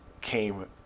came